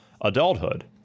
adulthood